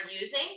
using